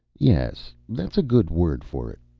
yes, that's a good word for it.